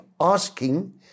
asking